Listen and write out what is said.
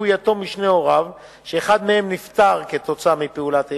יתום משני הוריו ואחד מהם נפטר כתוצאה מפעולת איבה.